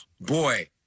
boy